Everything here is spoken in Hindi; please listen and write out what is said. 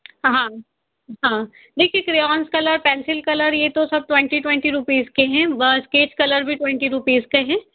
हाँ हाँ देखिए क्रेऑन्स कलर पेंसिल कलर ये सब ट्वेंटी ट्वेंटी रूपीज़ के हैं और स्केच कलर्स भी ट्वेंटी रूपीज़ के हैं